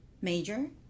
major